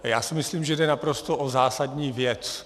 Já si myslím, že jde naprosto o zásadní věc.